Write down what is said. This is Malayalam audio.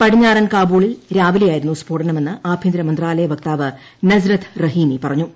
പടിഞ്ഞാറൻ കാബൂളിൽ രാവിലെയായിരുന്നു സ്ഫോടനമെന്ന് ആഭ്യന്തരമന്ത്രാലയ വക്താവ് നസ്റത്ത് റഹീനി പറഞ്ഞു